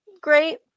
Great